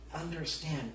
understand